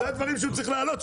אלה הדברים שהוא צריך להעלות,